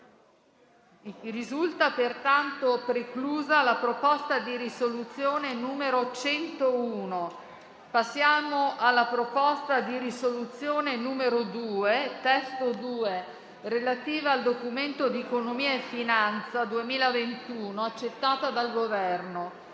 Risulta pertanto preclusa la proposta di risoluzione n. 101. Passiamo alla proposta di risoluzione n. 2 (testo 2) al Documento di economia e finanza, accettata dal Governo,